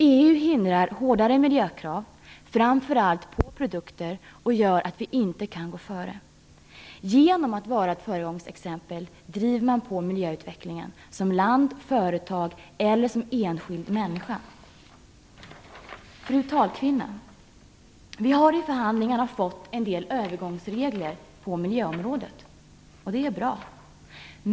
EU hindrar hårdare miljökrav, framför allt på produkter och gör att vi inte kan gå före. Genom att vara ett föregångsexempel driver man på miljöutvecklingen som land, företag eller som enskild människa. Vi har i förhandlingarna fått en del övergångsregler på miljöområdet. Det är bra.